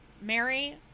Mary